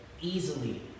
easily